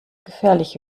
gefährlich